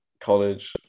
college